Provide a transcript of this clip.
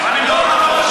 כולם משקרים לך.